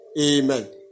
Amen